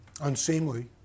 unseemly